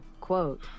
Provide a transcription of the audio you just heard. Quote